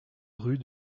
rue